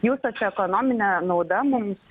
jų socioekonominė nauda mums